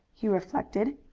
he reflected,